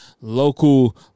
local